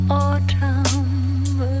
autumn